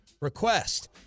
request